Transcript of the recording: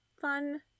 fun